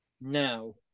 now